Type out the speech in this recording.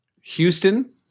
Houston